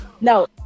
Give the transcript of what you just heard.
No